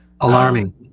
Alarming